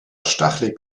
stachelig